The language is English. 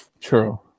True